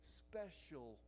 special